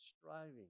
striving